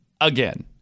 again